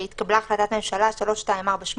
התקבלה החלטת ממשלה 3248,